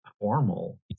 formal